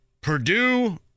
Purdue